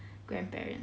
grandparent